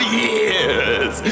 years